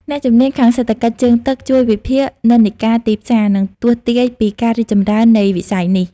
អ្នកជំនាញខាងសេដ្ឋកិច្ចជើងទឹក ជួយវិភាគនិន្នាការទីផ្សារ និងទស្សន៍ទាយពីការរីកចម្រើននៃវិស័យនេះ។